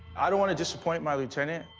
i don't want to disappoint my lieutenant,